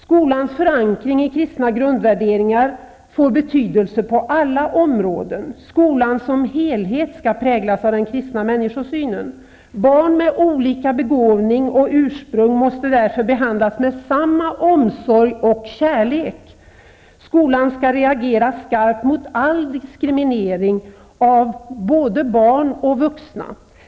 Skolans förankring i kristna grundvärderingar får betydelse på alla områden. Skolan som helhet skall präglas av den kristna människosynen. Barn med olika begåvning och ursprung måste därför behandlas med samma omsorg och kärlek. Skolan skall reagera skarpt mot all diskriminering av både barn och vuxna.